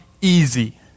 easy